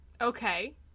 Okay